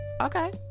Okay